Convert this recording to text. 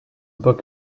book